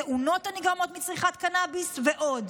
תאונות הנגרמות מצריכת קנביס ועוד.